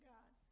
God